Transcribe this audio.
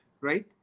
right